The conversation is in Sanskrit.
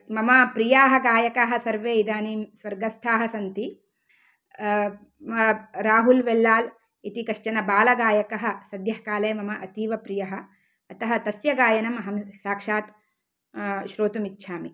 मम प्रियाः गायकाः सर्वे इदानीं स्वर्गस्थाः सन्ति राहुल् वेल्लाल् इति कश्चन बालगायकः सद्यकाले मम अतीवप्रियः अतः तस्य गायनम् अहं साक्षात् श्रोतुम् इच्छामि